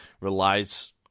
relies